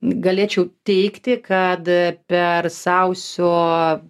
galėčiau teigti kad per sausio